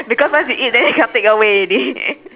because once you eat they cannot take away already